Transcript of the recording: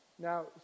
Now